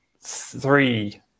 three